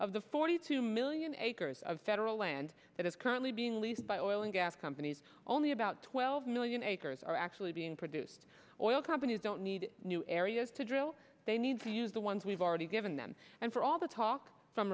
of the forty two million acres of federal land that is currently being leased by or oil and gas companies only about twelve million acres are actually being produced oil companies don't need new areas to drill they need to use the ones we've already given them and for all the talk